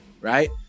right